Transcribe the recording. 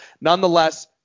Nonetheless